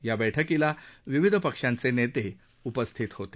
या बैठकीला विविध पक्षांचे नेते उपस्थित होते